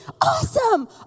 Awesome